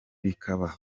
bikaba